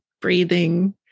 breathing